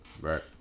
Right